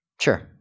sure